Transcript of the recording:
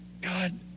God